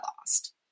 lost